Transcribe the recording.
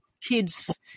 kids